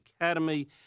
Academy